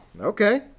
okay